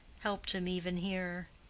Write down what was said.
helped him even here.